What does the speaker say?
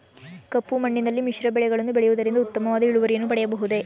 ಕಪ್ಪು ಮಣ್ಣಿನಲ್ಲಿ ಮಿಶ್ರ ಬೆಳೆಗಳನ್ನು ಬೆಳೆಯುವುದರಿಂದ ಉತ್ತಮವಾದ ಇಳುವರಿಯನ್ನು ಪಡೆಯಬಹುದೇ?